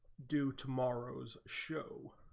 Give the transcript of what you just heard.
due to ma rose show